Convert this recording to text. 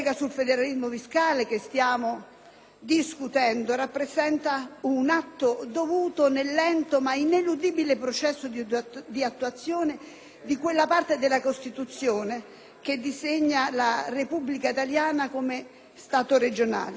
discussione rappresenta un atto dovuto nel lento, ma ineludibile, processo di attuazione di quella parte della Costituzione che disegna la Repubblica italiana come Stato regionale. Già in passato vi furono